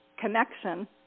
connection